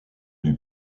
lui